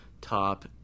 top